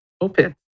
Open